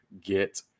get